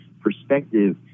perspective